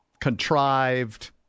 contrived